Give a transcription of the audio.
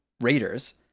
raiders